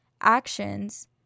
actions